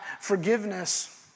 forgiveness